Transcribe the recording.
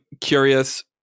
curious